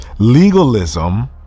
Legalism